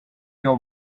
your